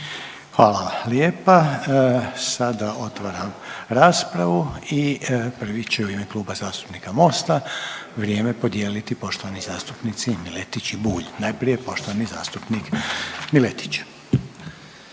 Hvala lijepa. Sada otvaram raspravu i prvi će u ime Kluba zastupnika MOST-a vrijeme podijeliti poštovani zastupnici Miletić i Bulj. Najprije poštovani zastupnik Miletić.